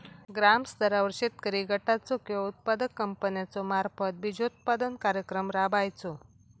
ग्रामस्तरावर शेतकरी गटाचो किंवा उत्पादक कंपन्याचो मार्फत बिजोत्पादन कार्यक्रम राबायचो?